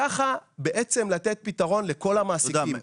כך לתת פתרון לכל המעסיקים.